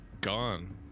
Gone